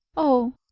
oh,